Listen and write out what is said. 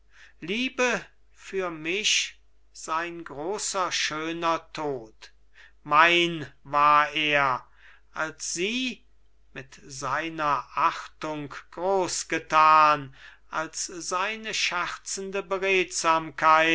liebe für mich sein großer schöner tod mein war er als sie mit seiner achtung großgetan als seine scherzende